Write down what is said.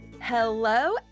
Hello